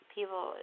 People